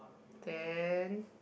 then